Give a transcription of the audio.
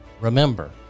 remember